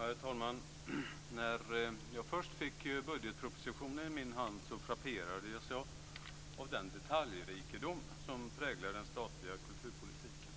Herr talman! När jag först fick budgetpropositionen i min hand frapperades jag av den detaljrikedom som präglar den statliga kulturpolitiken.